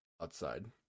outside